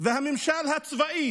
והממשל הצבאי